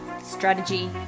strategy